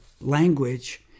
language